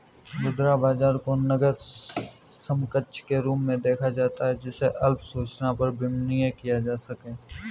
मुद्रा बाजार को नकद समकक्ष के रूप में देखा जाता है जिसे अल्प सूचना पर विनिमेय किया जा सके